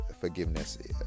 forgiveness